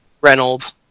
Reynolds